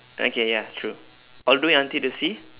okay ya true all the way until the sea